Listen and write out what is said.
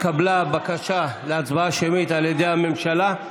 התקבלה בקשה להצבעה שמית על ידי הממשלה.